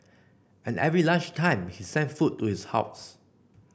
and every lunch time he sent food to his house